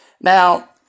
Now